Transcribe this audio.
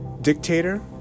dictator